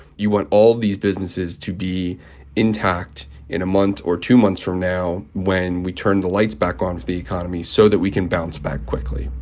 you want all these businesses to be intact in a month or two months from now when we turn the lights back on with the economy so that we can bounce back quickly.